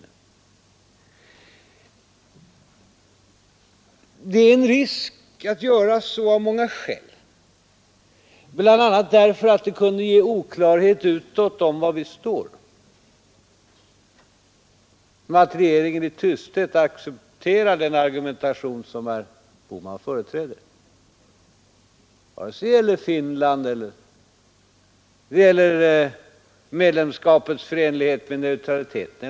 Det är en risk att göra så, av många skäl. Det kan bl.a. ge oklarhet utåt om var vi står, om regeringen i tysthet accepterar den argumentation som herr Bohman företräder, vare sig det gäller Finland eller medlemskapets förenlighet med neutraliteten.